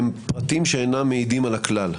הם פרטים שאינם מעידים על הכלל.